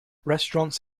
restaurants